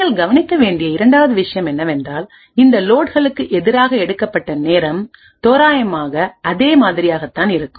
நீங்கள் கவனிக்க வேண்டிய இரண்டாவது விஷயம் என்னவென்றால் இந்த லோட்களுக்கு எதிராக எடுக்கப்பட்ட நேரம் தோராயமாக அதே மாதிரியாகத்தான் இருக்கும்